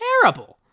terrible